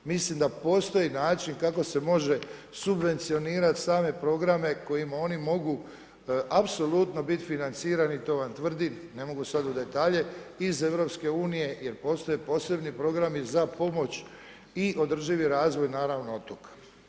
Mislim da postoji način kako se može subvencionirati same programe kojima oni mogu apsolutno biti financirani, to vam tvrdim, ne mogu sad u detalje, iz EU-a jer postoje posebni programi za pomoć i održivi razvoj, naravno otoka.